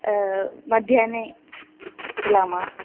मध्याह्ने मिलामः